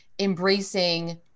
embracing